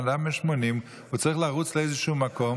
אדם בן 80 צריך לרוץ לאיזשהו מקום